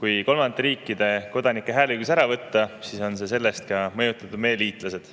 Kui kolmandate riikide kodanikelt hääleõigus ära võtta, siis on sellest mõjutatud ka meie liitlased.